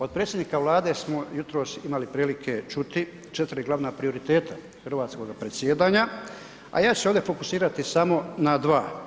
Od predsjednika Vlade smo jutros imali prilike čuti 4 glavna prioriteta hrvatskoga predsjedanja, a ja ću se ovdje fokusirati samo na dva.